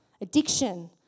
addiction